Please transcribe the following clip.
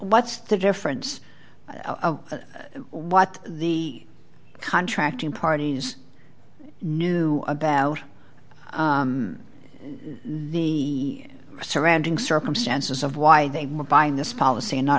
what's the difference what the contracting parties knew about the surrounding circumstances of why they were buying this policy not anot